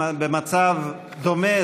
במצב דומה,